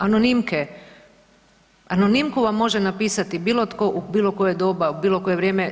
Anonimke, anonimku vam može napisati bilo tko u bilo koje doba, u bilo koje vrijeme.